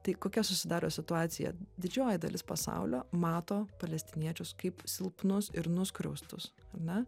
tai kokia susidaro situacija didžioji dalis pasaulio mato palestiniečius kaip silpnus ir nuskriaustus ar ne